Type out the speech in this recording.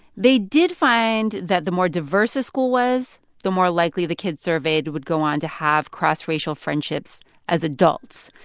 they did find that the more diverse a school was, the more likely the kids surveyed would go on to have cross-racial friendships as adults,